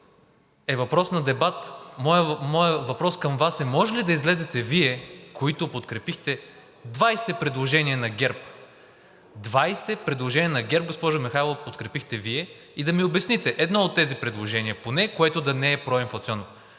са въпрос на дебат. Моят въпрос към Вас е: можете ли да излезете Вие, които подкрепихте 20 предложения на ГЕРБ – 20 предложения на ГЕРБ подкрепихте Вие, госпожо Михайлова, и да ми обясните едно от тези предложения поне, което да не е проинфлационно.